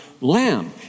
lamb